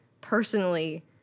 personally